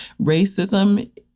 Racism